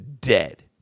dead